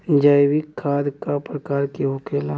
जैविक खाद का प्रकार के होखे ला?